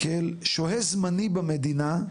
כאל שוהה זמני במדינה,